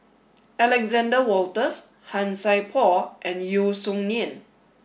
Alexander Wolters Han Sai Por and Yeo Song Nian